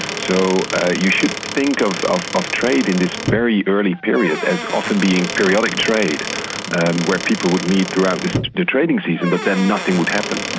so you should think of of trade in this very early period as often being periodic trade and where people would meet throughout the trading season, but then nothing would happen